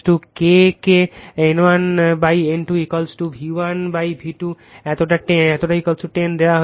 K কে N1 N2 V1 V2 এতটা 10 দেওয়া হয়েছে